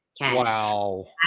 Wow